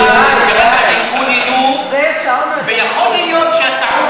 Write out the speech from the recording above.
צריך לומר "קוננו", ויכול להיות שהטעות